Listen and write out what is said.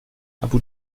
abu